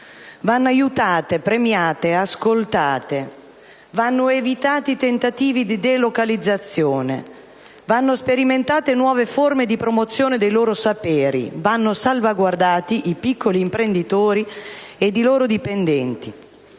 Vanno aiutate, premiate, ascoltate. Vanno evitati i tentativi di delocalizzazione. Vanno sperimentate nuove forme di promozione dei loro saperi. Vanno salvaguardati i piccoli imprenditori e i loro dipendenti.